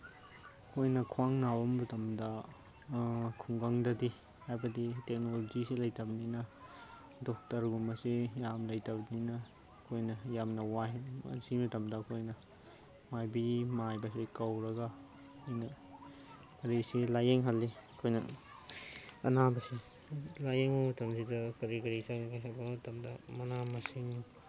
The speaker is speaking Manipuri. ꯑꯩꯈꯣꯏꯅ ꯈ꯭ꯋꯥꯡ ꯅꯥꯕ ꯃꯇꯝꯗ ꯈꯨꯡꯒꯪꯗꯗꯤ ꯍꯥꯏꯕꯗꯤ ꯇꯦꯛꯅꯣꯂꯣꯖꯤꯁꯤ ꯂꯩꯇꯕꯅꯤꯅ ꯗꯣꯛꯇꯔꯒꯨꯝꯕꯁꯤ ꯌꯥꯝ ꯂꯩꯇꯕꯅꯤꯅ ꯑꯩꯈꯣꯏꯅ ꯌꯥꯝꯅ ꯋꯥꯏ ꯁꯤ ꯃꯇꯝꯗ ꯑꯩꯈꯣꯅ ꯃꯥꯏꯕꯤ ꯃꯥꯏꯕꯁꯦ ꯀꯧꯔꯒ ꯑꯣꯏꯅ ꯀꯔꯤꯁꯤ ꯂꯥꯏꯌꯦꯡꯍꯜꯂꯤ ꯑꯩꯈꯣꯏꯅ ꯑꯅꯥꯕꯁꯤ ꯂꯥꯏꯌꯦꯡꯕ ꯃꯇꯝꯁꯤꯗ ꯀꯔꯤ ꯀꯔꯤ ꯆꯪꯒꯦ ꯍꯥꯏꯕ ꯃꯇꯝꯗ ꯃꯥꯅ ꯃꯁꯤꯡ